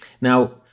Now